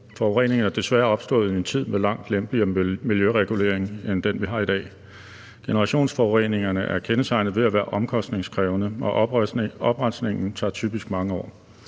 Forureningerne er desværre opstået i en tid med langt lempeligere miljøregulering end den, vi har i dag. Generationsforureningerne er kendetegnet ved at være omkostningskrævende, og oprensningen tager typisk mange år.